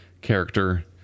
character